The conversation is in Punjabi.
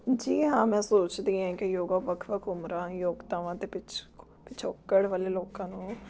ਜੀ ਹਾਂ ਮੈਂ ਸੋਚਦੀ ਹਾਂ ਕਿ ਯੋਗਾ ਵੱਖ ਵੱਖ ਉਮਰਾਂ ਯੋਗਤਾਵਾਂ ਅਤੇ ਪਿੱਛੋ ਪਿੱਛੋਕੜ ਵਾਲੇ ਲੋਕਾਂ ਨੂੰ